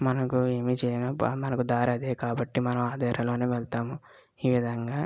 మనకు ఏమి చేయడం మనకు దారి అదే కాబట్టి మనం ఆ దారిలో వెళ్తాము ఈ విధంగా